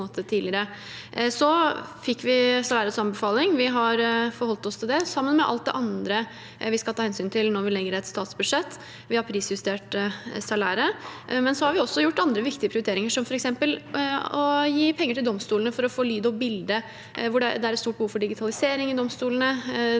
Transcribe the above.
vi har forholdt oss til det sammen med alt det andre vi skal ta hensyn til når vi lager et statsbudsjett. Vi har prisjustert salæret, men vi har også gjort andre viktige prioriteringer, som f.eks. å gi penger til domstolene for å få lyd og bilde, da det er et stort behov for digitalisering i domstolene,